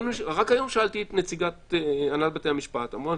רק היום שאלתי את נציגת הנהלת בתי המשפט, אמרה: